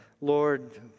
Lord